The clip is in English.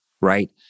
right